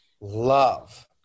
love